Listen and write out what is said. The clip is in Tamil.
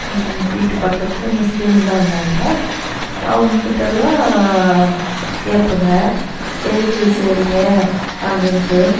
வீட்டு பக்கத்தில் முஸ்லீம் தான் இருந்தாங்க அவங்கக்கிட்டலா கேப்பேங்க எதுக்கு இது செய்கிறிங்க அப்படின்ட்டு